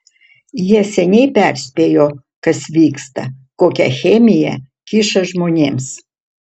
jie seniai perspėjo kas vyksta kokią chemiją kiša žmonėms